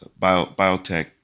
biotech